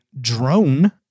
drone